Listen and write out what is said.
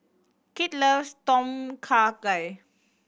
Kit loves Tom Kha Gai